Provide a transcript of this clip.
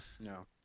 No